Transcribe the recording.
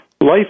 Life